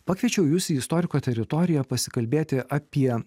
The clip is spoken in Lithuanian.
pakviečiau jus į istoriko teritoriją pasikalbėti apie